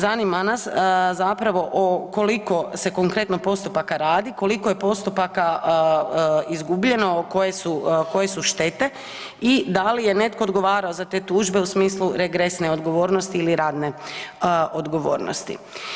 Zanima nas zapravo o koliko se konkretno postupaka radi, koliko je postupaka izgubljeno, koje su štete i da li je netko odgovarao za te tužbe u smislu regresne odgovornosti ili radne odgovornosti.